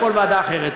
או כל ועדה אחרת.